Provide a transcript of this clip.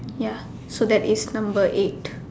ya so that is number eight